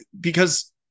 because-